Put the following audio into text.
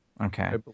Okay